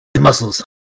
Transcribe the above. Muscles